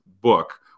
book